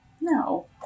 No